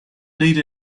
need